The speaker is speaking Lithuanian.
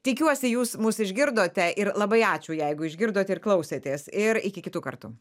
tikiuosi jūs mus išgirdote ir labai ačiū jeigu išgirdot ir klausėtės ir iki kitų kartų